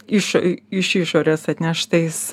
iš iš išorės atneštais